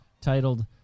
titled